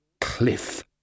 Cliff